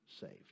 saved